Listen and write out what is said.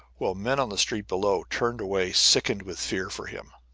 while men on the street below turned away sickened with fear for him.